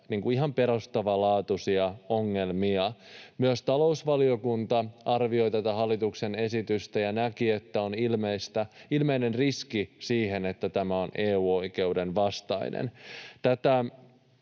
ihan perustavanlaatuisia ongelmia. Myös talousvaliokunta arvioi tätä hallituksen esitystä ja näki, että on ilmeinen riski siihen, että tämä on EU-oikeuden vastainen.